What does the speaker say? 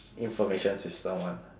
information system [one]